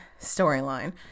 storyline